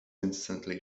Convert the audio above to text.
instantly